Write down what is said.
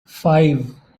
five